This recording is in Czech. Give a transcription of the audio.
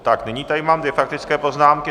Tak nyní tady mám dvě faktické poznámky.